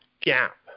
gap